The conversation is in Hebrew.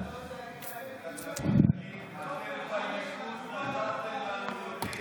אתה תמיד תגיד: אתם בהתיישבות נתתם לנו יותר.